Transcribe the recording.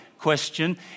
question